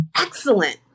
excellent